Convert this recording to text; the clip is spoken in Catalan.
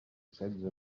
setze